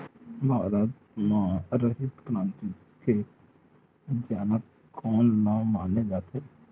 भारत मा हरित क्रांति के जनक कोन ला माने जाथे?